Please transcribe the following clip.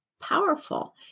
powerful